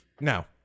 Now